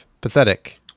pathetic